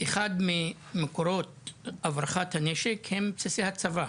אחד ממקורות הברחת הנשק הם בסיסי הצבא.